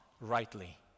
rightly